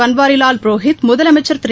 பன்வாரிலால் புரோஹித் முதலமைச்சர் திரு